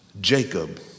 Jacob